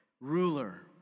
ruler